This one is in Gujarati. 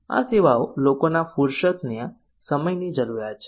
આ સેવાઓ લોકોનાફુરસત ના સમયની જરૂરીયાત છે